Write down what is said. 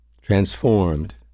transformed